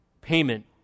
Payment